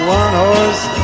one-horse